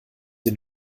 den